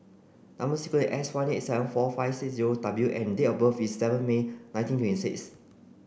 number sequence is S one eight seven four five six zero W and date of birth is seven May nineteen twenty six